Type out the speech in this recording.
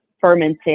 fermented